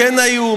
כן היו,